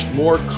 more